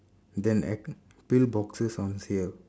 then ex~ pill boxes on sale